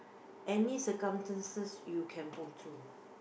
any circumstances you can pull through